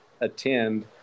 attend